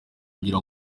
kugira